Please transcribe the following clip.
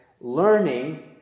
learning